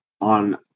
on